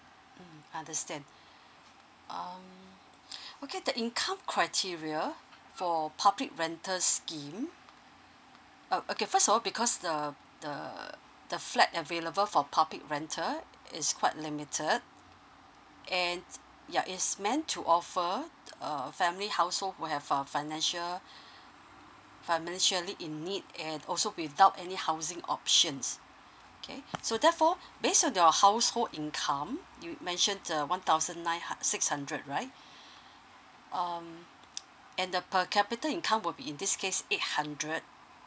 mm understand um okay the income criteria for public rental scheme uh okay first of all because the the flat available for public rental is quite limited and ya is meant to offer uh family household who have uh financial financially in need and also without any housing options okay so therefore based on your household income you mentioned uh one thousand nine hun~ six hundred right um and the per capita income will be in this case eight hundred